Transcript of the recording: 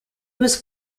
was